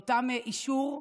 אותו אישור שאומר,